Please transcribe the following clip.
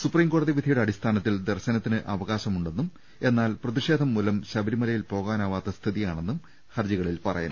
supreme കോടതി വിധിയുടെ അടിസ്ഥാനത്തിൽ ദർശനത്തിന് അവകാശമുണ്ടെന്നും എന്നാൽ പ്രതിഷേധംമൂലം ശബരിമലയിൽ പോകാനാവാത്ത സ്ഥിതിയാണെന്നും ഹർജിയിൽ പറയുന്നു